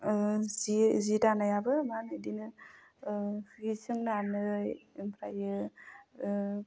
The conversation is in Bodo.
जि दानायाबो मा बिदिनो जि सोंनानै ओमफ्रायो